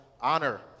honor